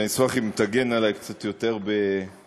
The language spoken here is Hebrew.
אני אשמח אם תגן עלי קצת יותר ביעילות,